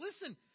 listen